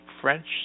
French